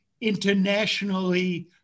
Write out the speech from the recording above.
internationally